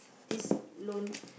this loan